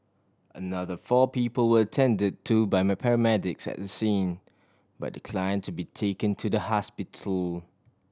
another four people were attended to by paramedics at the scene but decline to be taken to the hospital